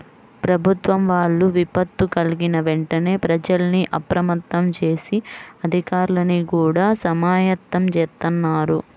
ప్రభుత్వం వాళ్ళు విపత్తు కల్గిన వెంటనే ప్రజల్ని అప్రమత్తం జేసి, అధికార్లని గూడా సమాయత్తం జేత్తన్నారు